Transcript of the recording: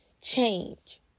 change